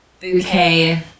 bouquet